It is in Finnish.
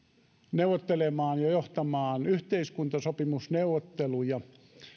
neuvottelemaan ja johtamaan yhteiskuntasopimusneuvotteluja